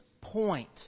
point